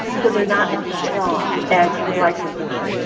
so they are not as strong as you would like them to be.